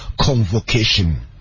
Convocation